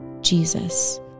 Jesus